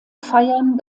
feiern